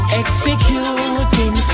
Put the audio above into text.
executing